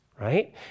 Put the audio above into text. right